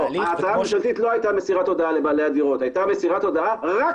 ההצעה הממשלתית לא היתה מסירת הודעה לבעלי